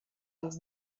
will